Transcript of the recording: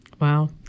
Wow